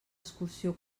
excursió